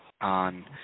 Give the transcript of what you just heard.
On